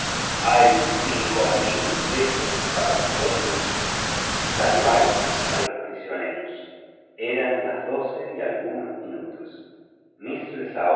hay mil libras para vosotros si salváis a los prisioneros eran las doce y algunos minutos